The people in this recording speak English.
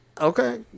Okay